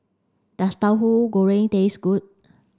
does Tauhu Goreng taste good